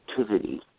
activity